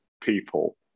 people